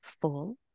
full